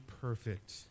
perfect